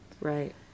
Right